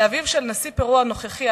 לאביו של נשיא פרו הנוכחי,